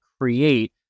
create